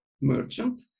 merchant